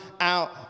out